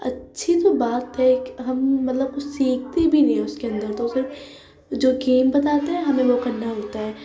اچھی تو بات ہے کہ ہم مطلب کچھ سیکھتے بھی نہیں ہیں اس کے اندر تو صرف جو گیم بتاتے ہیں ہمیں وہ کرنا ہوتا ہے